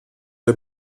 der